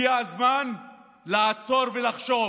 הגיע הזמן לעצור ולחשוב